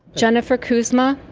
jennifer kuzma,